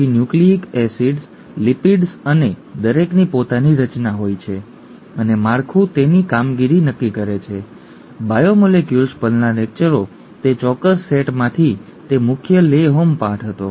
પછી nucleic acids lipids અને દરેકની પોતાની રચના હોય છે અને માળખું તેની કામગીરી નક્કી કરે છે વગેરે વગેરે બાયોમોલેક્યુલ્સ પરના લેક્ચરોના તે ચોક્કસ સેટમાંથી તે મુખ્ય લે હોમ પાઠ હતો